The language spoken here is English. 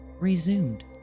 resumed